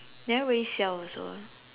never really sell also